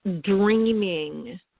dreaming